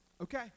Okay